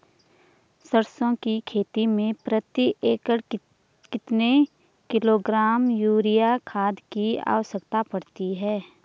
सरसों की खेती में प्रति एकड़ कितने किलोग्राम यूरिया खाद की आवश्यकता पड़ती है?